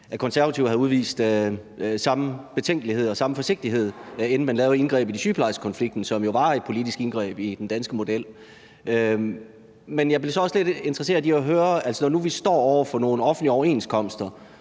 at Konservative havde udvist samme betænkelighed og samme forsigtighed, inden man lavede indgrebet i sygeplejerskekonflikten, som jo var et politisk indgreb i den danske model. Men jeg blev så også lidt interesseret i at høre – når nu vi står over for nogle offentlige overenskomster,